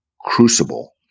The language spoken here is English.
crucible